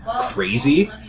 crazy